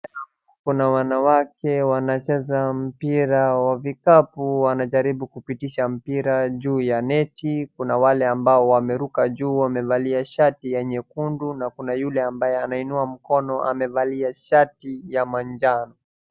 Kuna wanawake wanacheza mpira wavikapu wanajaribu kupitisha mpira juu ya neti, kuna wale ambao wameruka juu wamevalia shati ya nyekundu, na kuna yule anainua mkono amevalia shati ya manjano.